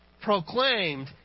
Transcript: proclaimed